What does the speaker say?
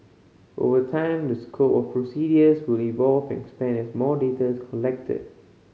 over time the scope of procedures will evolve and expand as more data is collected